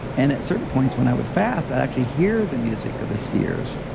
and at certain points when i would fast, i actually hear the music of the spheres,